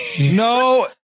no